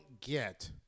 get